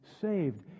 saved